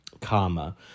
karma